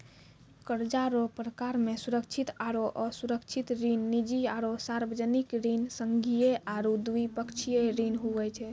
कर्जा रो परकार मे सुरक्षित आरो असुरक्षित ऋण, निजी आरो सार्बजनिक ऋण, संघीय आरू द्विपक्षीय ऋण हुवै छै